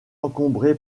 encombré